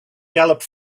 galloped